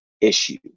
issue